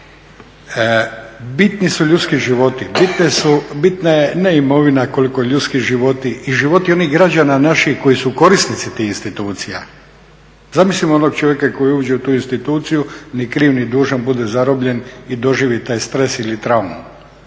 Bitni su ljudski životi, bitna je ne imovina koliko ljudski životi i životi onih građana, naših koji su korisnici tih institucija, zamislimo onog čovjeka koji uđe u tu instituciju ni kriv ni dužan bude zarobljen i doživi taj stres ili traumu.